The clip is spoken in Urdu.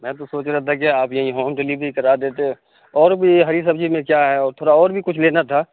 میں تو سوچ رہا تھا کہ آپ یہیں ہوم ڈلیوری کرا دیتے اور بھی ہری سبزی میں کیا ہے اور تھورا اور بھی کچھ لینا تھا